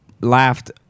laughed